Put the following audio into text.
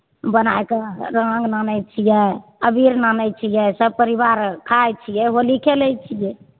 बनाय के रांग आनै छियै अबीर आनै छियै सब परिवार खाय छियै होली खेलै छियै